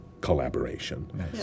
collaboration